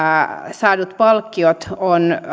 saadut palkkiot on